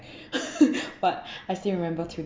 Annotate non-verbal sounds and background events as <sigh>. <laughs> but <breath> I still remember until